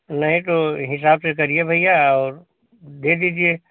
नहीं तो हिसाब से करिए भैया और दे दीजिए